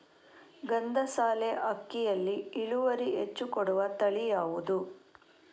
ಗಂಧಸಾಲೆ ಅಕ್ಕಿಯಲ್ಲಿ ಇಳುವರಿ ಹೆಚ್ಚು ಕೊಡುವ ತಳಿ ಯಾವುದು?